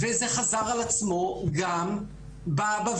זה חזר על עצמו גם בוועדה.